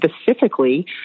specifically